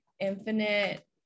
Infinite